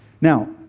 Now